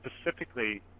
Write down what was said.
specifically